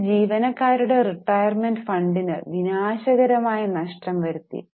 ഇത് ജീവനക്കാരുടെ റിട്ടയർമെന്റ് ഫണ്ടിന് വിനാശകരമായ നഷ്ടം വരുത്തി